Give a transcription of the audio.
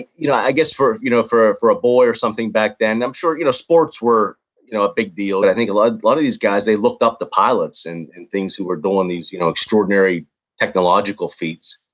you know i guess for you know for a boy or something back then, i'm sure you know sports were you know a big deal, and i think a lot lot of these guys, they looked up to pilots and and things who were doing these you know extraordinary technological feats.